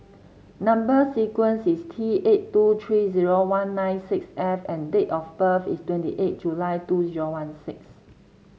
number sequence is T eight two three zero one nine six F and date of birth is twenty eight July two zero one six